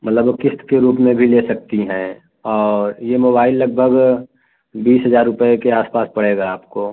मतलब किश्त के रूप में भी ले सकती हैं और ये मोबाइल लगभग बीस हज़ार रुपये के आस पास पड़ेगा आपको